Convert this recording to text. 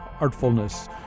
artfulness